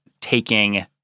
taking